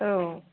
औ